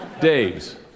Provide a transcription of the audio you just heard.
Dave's